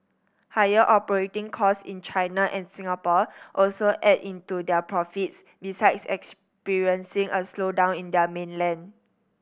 higher operating cost in China and Singapore also ate into their profits besides experiencing a slowdown in their mainland